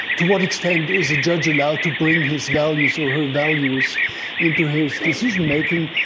to what extent is a judge allowed to bring his values or her values into his decision-making,